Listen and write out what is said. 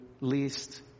least